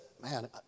man